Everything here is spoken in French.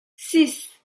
six